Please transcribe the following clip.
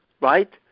right